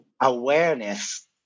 awareness